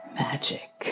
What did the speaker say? magic